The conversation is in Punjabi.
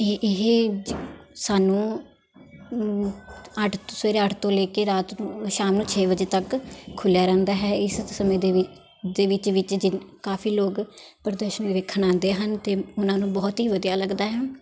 ਇਹ ਇਹ ਸਾਨੂੰ ਅੱਠ ਤੋਂ ਸਵੇਰੇ ਅੱਠ ਤੋਂ ਲੈ ਕੇ ਰਾਤ ਸ਼ਾਮ ਨੂੰ ਛੇ ਵਜੇ ਤੱਕ ਖੁੱਲ੍ਹਿਆ ਰਹਿੰਦਾ ਹੈ ਇਸ ਸਮੇਂ ਦੇ ਵਿੱਚ ਦੇ ਵਿੱਚ ਵਿੱਚ ਜੀ ਕਾਫ਼ੀ ਲੋਕ ਪ੍ਰਦਰਸ਼ਨ ਵੇਖਣ ਆਉਂਦੇ ਹਨ ਅਤੇ ਉਹਨਾਂ ਨੂੰ ਬਹੁਤ ਹੀ ਵਧੀਆ ਲੱਗਦਾ ਹੈ